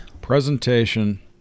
Presentation